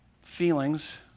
feelings